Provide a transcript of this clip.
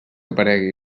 aparegui